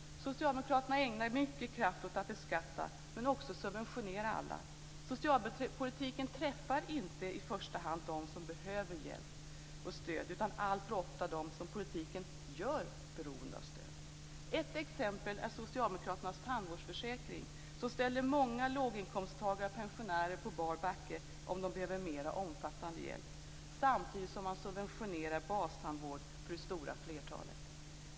Socialdemokraterna ägnar mycket kraft åt att beskatta men också att subventionerna alla. Socialpolitiken träffar inte i första hand de som behöver hjälp och stöd utan alltför ofta de som politiken gör beroende av stöd. Ett exempel är socialdemokraternas tandvårdsförsäkring, som ställer många låginkomsttagare och pensionärer på bar backe om de behöver mera omfattande hjälp - samtidigt som man subventionerar bastandvård för det stora flertalet.